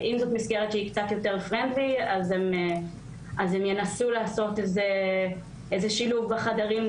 אם זאת מסגרת שהיא קצת יותר ידידותית אז הם ינסו לעשות שילוב בחדרים,